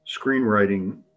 screenwriting